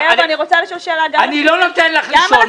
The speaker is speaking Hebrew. אני לא נותן לך לשאול.